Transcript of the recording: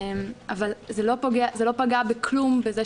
זה לא פגע בכלום.